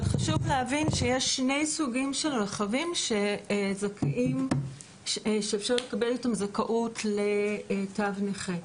חשוב להבין שיש שני סוגים של רכבים שיש אפשרות לקבל אתם זכאות לתו נכה: